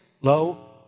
low